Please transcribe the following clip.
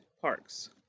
Parks